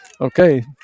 Okay